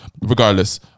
Regardless